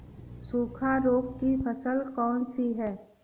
सूखा रोग की फसल कौन सी है?